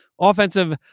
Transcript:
offensive